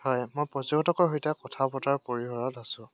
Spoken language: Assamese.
হয় মই পৰ্যটকৰ সৈতে কথা পতাৰ পৰিসৰত আছোঁ